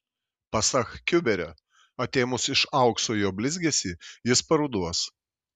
pasak kiuberio atėmus iš aukso jo blizgesį jis paruduos